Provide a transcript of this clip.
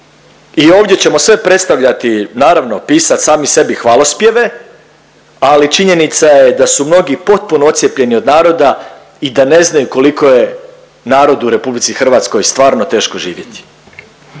I ovdje ćemo sve predstavljati naravno pisat sami sebi hvalospjeve, ali činjenica je da su mnogi potpuno odcjepljeni od naroda i da ne znaju koliko je narodu u RH stvarno teško živjeti.